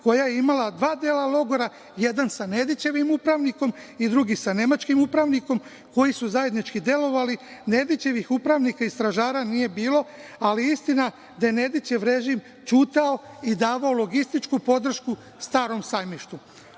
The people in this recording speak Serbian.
koja je imala dva dela logora, jedan sa Nedićevim upravnikom i drugi sa nemačkim upravnikom, koji su zajednički delovali, Nedićevih upravnika i stražara nije bilo, ali istina je da je Nedićev režim ćutao i davao logističku podršku „Starom Sajmištu“.Uprkos